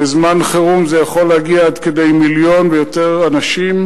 בזמן חירום זה יכול להגיע עד כדי מיליון ויותר אנשים.